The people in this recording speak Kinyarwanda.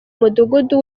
mudugudu